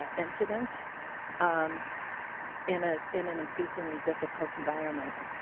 ah incidents i'm in a in an increasingly difficult environment.